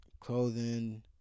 clothing